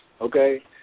Okay